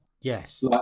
Yes